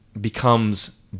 becomes